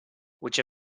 which